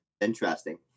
interesting